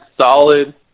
solid